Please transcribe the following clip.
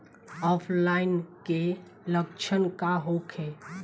ऑफलाइनके लक्षण का होखे?